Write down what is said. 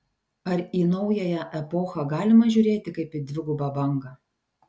ar į naująją epochą galima žiūrėti kaip į dvigubą bangą